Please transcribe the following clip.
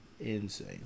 insane